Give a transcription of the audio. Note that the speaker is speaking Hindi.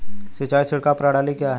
सिंचाई छिड़काव प्रणाली क्या है?